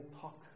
talk